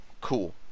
Cool